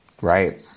Right